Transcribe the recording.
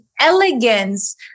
elegance